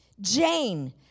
Jane